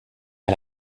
pas